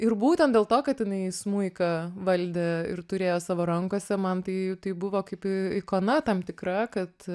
ir būtent dėl to kad jinai smuiką valdė ir turėjo savo rankose man tai tai buvo kaip ikona tam tikra kad